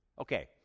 Okay